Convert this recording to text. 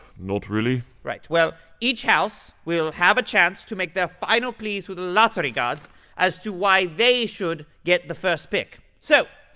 not really right. well, each house will have a chance to make their final plea to the lottery gods as to why they should get the first pick. so,